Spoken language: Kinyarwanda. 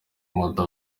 moto